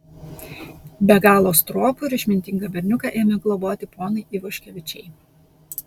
be galo stropų ir išmintingą berniuką ėmė globoti ponai ivaškevičiai